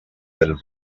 del